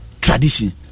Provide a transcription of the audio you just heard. tradition